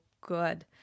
good